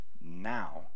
now